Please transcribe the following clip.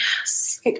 yes